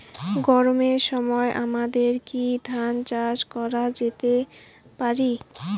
গরমের সময় আমাদের কি ধান চাষ করা যেতে পারি?